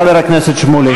חבר הכנסת שמולי.